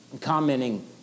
Commenting